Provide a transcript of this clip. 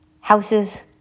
houses